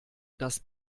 das